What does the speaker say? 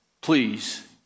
please